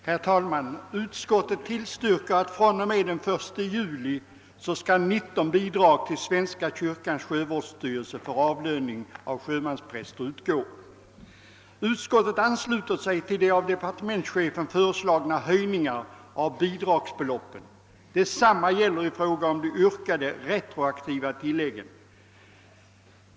Herr talman! Utskottet tillstyrker förslaget att det fr.o.m. 1 juli i år skall utgå 19 bidrag till Svenska kyrkans sjömansvårdsstyrelse för avlöning av sjömanspräster, och utskottet ansluter sig till de av departementschefen föreslagna höjningarna av bidragsbeloppen. Detsamma gäller i fråga om de yrkade retroaktiva tilläggen.